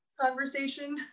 conversation